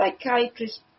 psychiatrist